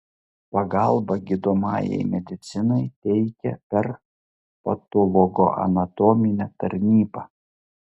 pagalbą gydomajai medicinai teikia per patologoanatominę tarnybą